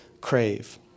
crave